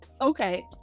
Okay